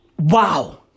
wow